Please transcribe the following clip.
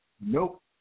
Nope